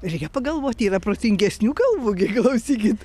reikia pagalvoti yra protingesnių galvų gi klausykit